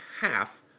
half